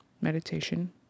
meditation